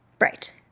Right